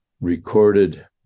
recorded